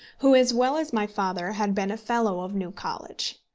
who, as well as my father, had been a fellow of new college.